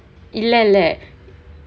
இல்ல இல்ல:illa illa